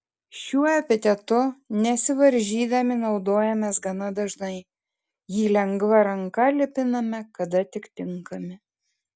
šiuo epitetu nesivaržydami naudojamės gana dažnai jį lengva ranka lipiname kada tik tinkami